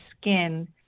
skin